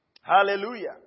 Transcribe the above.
Hallelujah